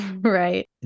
Right